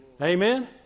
Amen